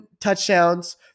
touchdowns